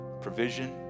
provision